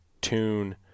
tune